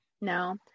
no